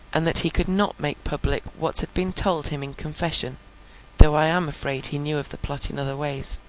and that he could not make public what had been told him in confession though i am afraid he knew of the plot in other ways.